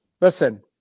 listen